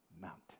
mountain